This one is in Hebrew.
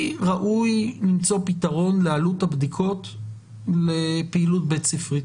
למצוא פתרון לעלות הבדיקות לפעילות בית ספרית.